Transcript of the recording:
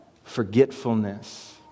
Forgetfulness